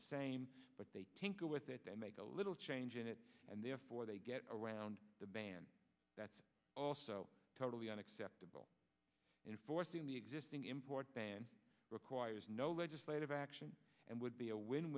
the same but they are with it they make a little change in it and therefore they get around the ban that's also totally unacceptable in forcing the existing import ban requires no legislative action and would be a win